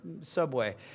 Subway